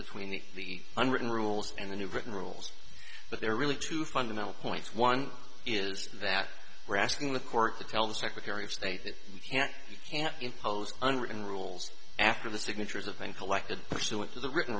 between the unwritten rules and the new written rules but there are really two fundamental points one is that we're asking the court to tell the secretary of state that you can't you can't impose unwritten rules after the signatures have been collected pursuant to the written